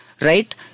right